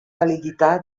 validità